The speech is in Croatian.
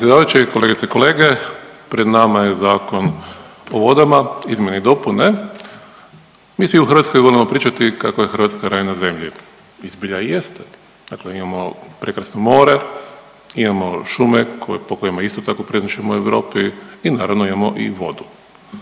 predsjedavajući, kolegice i kolege, pred nama je Zakon o vodama izmjene i dopune. Mi svi u Hrvatskoj volimo pričati kako je Hrvatska raj na zemlji. I zbilja i jest, dakle imamo prekrasno more, imamo šume po kojima isto tako prednjačimo u Europi i naravno imamo i vodu.